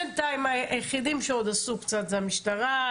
בינתיים היחידים שעוד עשו קצת זה המשטרה.